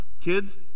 Kids